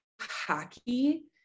hockey